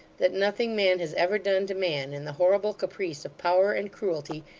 that nothing man has ever done to man in the horrible caprice of power and cruelty,